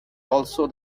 also